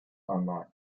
online